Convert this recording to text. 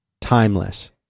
timeless